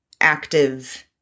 active